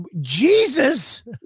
Jesus